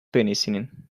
penicillin